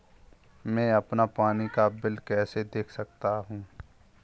मैं अपना पानी का बिल कैसे देख सकता हूँ?